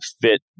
fit